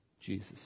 Jesus